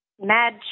mad